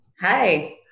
Hi